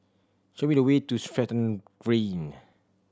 show me the way to Stratton Green